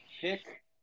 pick